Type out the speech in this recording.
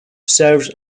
serves